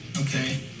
Okay